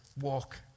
walk